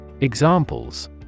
Examples